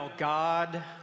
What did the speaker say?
God